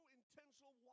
intentional